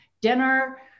dinner